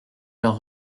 leurs